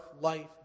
life